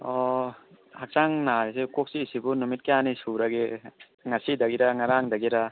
ꯑꯣ ꯍꯛꯆꯥꯡ ꯅꯔꯤꯁꯦ ꯀꯣꯛ ꯆꯤꯛꯏꯁꯤꯕꯨ ꯅꯨꯃꯤꯠ ꯀꯌꯥꯅꯤ ꯁꯨꯔꯒꯦ ꯉꯁꯤꯗꯒꯤꯔ ꯅꯔꯥꯡꯗꯒꯤꯔ